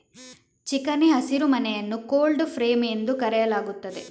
ಚಿಕಣಿ ಹಸಿರುಮನೆಯನ್ನು cold frame ಎಂದು ಕರೆಯಲಾಗುತ್ತದೆ